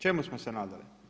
Čemu smo se nadali?